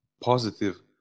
positive